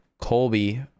Colby